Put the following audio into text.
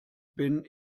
bin